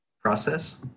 process